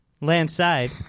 landside